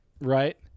Right